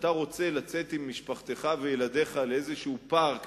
ואתה רוצה לצאת עם משפחתך וילדיך לאיזשהו פארק,